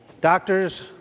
Doctors